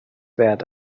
wert